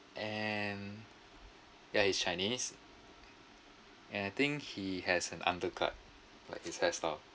and ya is chinese and I think he has an undercut like his hair style